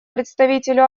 представителю